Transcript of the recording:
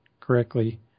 correctly